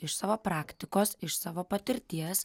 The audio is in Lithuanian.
iš savo praktikos iš savo patirties